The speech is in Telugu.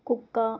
కుక్క